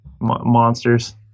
monsters